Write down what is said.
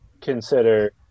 consider